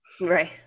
Right